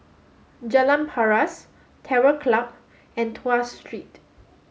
Jalan Paras Terror Club and Tuas Street